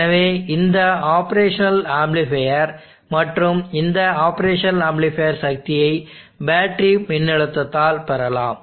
எனவே இந்த operational amplifier மற்றும் இந்த ஆப்ரேஷனல் ஆம்ப்ளிபையர் சக்தியை பேட்டரி மின்னழுத்தத்தால் பெறலாம்